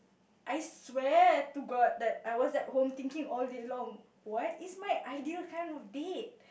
I swear to god that I was at home thinking all day long what is my ideal kind of bed